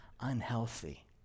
unhealthy